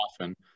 often